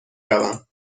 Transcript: روم